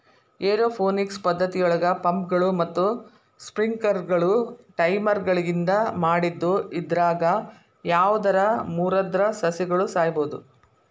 aeroponics ಪದ್ದತಿಯೊಳಗ ಪಂಪ್ಗಳು ಮತ್ತ ಸ್ಪ್ರಿಂಕ್ಲರ್ಗಳು ಟೈಮರ್ಗಳಿಂದ ಮಾಡಿದ್ದು ಇದ್ರಾಗ ಯಾವದರ ಮುರದ್ರ ಸಸಿಗಳು ಸಾಯಬೋದು